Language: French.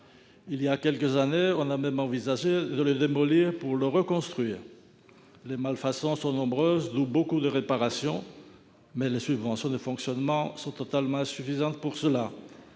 Il y a quelques années, on a même envisagé de le démolir pour le reconstruire. Les malfaçons sont nombreuses, ce qui entraîne beaucoup de réparations, mais les subventions de fonctionnement sont totalement insuffisantes. L'an